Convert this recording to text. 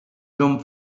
john